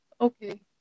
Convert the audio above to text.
Okay